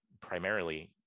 primarily